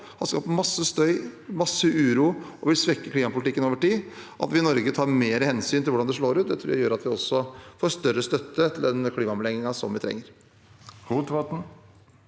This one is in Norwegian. har skapt masse støy og uro og vil svekke klimapolitikken over tid. At vi i Norge tar mer hensyn til hvordan den slår ut, tror jeg gjør at vi også får større støtte til den klimaomleggingen som vi trenger.